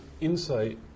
insight